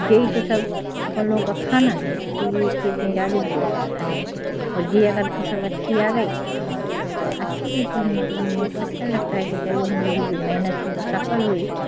जई तो सब अपन लोग का खाना है इसीलिए ये खेत में ज़्यादा बोया जाता है और ये अगर फसल अच्छी आ गई तो हम लोग की पैदावार अच्छी रहती है मतलब हम लोग को अच्छा लगता है कि चलो हम लोग जो मेहनत की वो सफल हुई